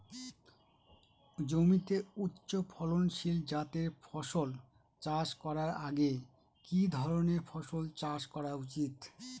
জমিতে উচ্চফলনশীল জাতের ফসল চাষ করার আগে কি ধরণের ফসল চাষ করা উচিৎ?